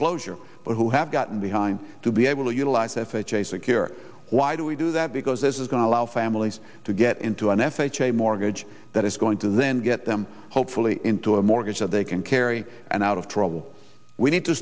closure or who have gotten behind to be able to utilize f h a secure why do we do that because this is going to allow families to get into an f h a mortgage that is going to then get them hopefully into a mortgage that they can carry and out of trouble we need to